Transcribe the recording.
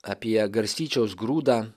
apie garstyčios grūdą